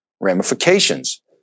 ramifications